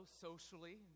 socially